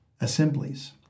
assemblies